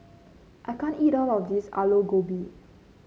I can't eat all of this Aloo Gobi